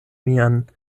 mian